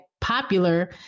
popular